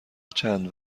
چند